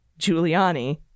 Giuliani